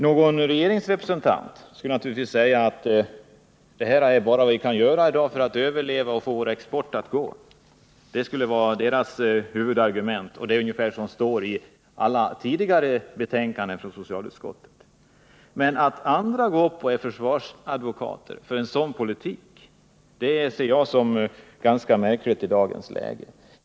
Någon regeringsrepresentant skulle naturligtvis säga: Det här är det enda vi kan göra i dag för att överleva och få vår export att fungera. Det skulle vara deras huvudargument, och det är ungefär det som står i alla tidigare betänkanden från socialutskottet. Men att andra går upp och är försvarsadvokater för en sådan politik ser jag som ganska märkligt i dagens läge.